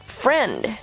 friend